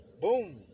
boom